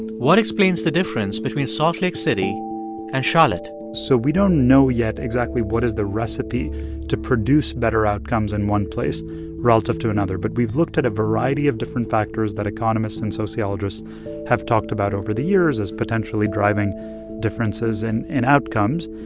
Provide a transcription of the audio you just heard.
what explains the difference between salt lake city and charlotte? so we don't know yet exactly what is the recipe to produce better outcomes in one place relative to another. but we've looked at a variety of different factors that economists and sociologists have talked about over the years as potentially driving differences and in outcomes.